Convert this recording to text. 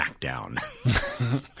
Smackdown